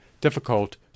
difficult